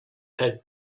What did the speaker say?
head